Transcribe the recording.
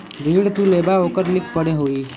ऋण तू लेबा ओकर लिखा पढ़ी होई